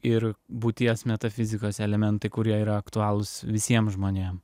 ir būties metafizikos elementai kurie yra aktualūs visiems žmonėm